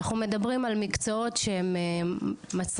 אנחנו מדברים על מקצועות שהם מצריכים